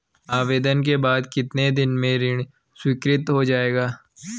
आवेदन के बाद कितने दिन में ऋण स्वीकृत हो जाएगा?